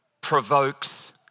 provokes